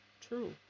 true